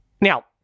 Now